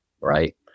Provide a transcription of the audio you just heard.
right